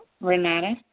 Renata